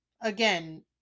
again